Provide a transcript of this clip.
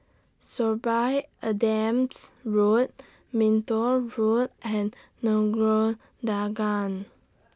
Sorby Adams Drive Minto Road and Nagore Dargah